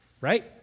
right